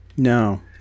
No